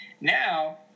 Now